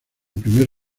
primer